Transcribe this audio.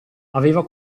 aveva